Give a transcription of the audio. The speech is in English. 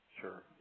Sure